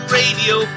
radio